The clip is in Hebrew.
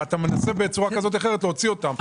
אתה מנסה בצורה כזאת או אחרת להוציא אותם.